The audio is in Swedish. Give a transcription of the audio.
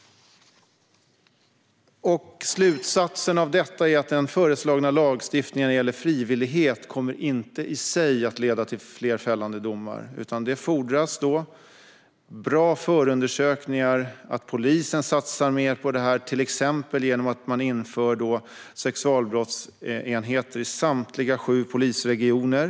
Slutsatsen av detta är att den föreslagna lagstiftningen när det gäller frivillighet inte i sig kommer att leda till fler fällande domar. Det fordras bra förundersökningar och att polisen satsar mer på detta, till exempel genom att man inför sexualbrottsenheter i samtliga sju polisregioner.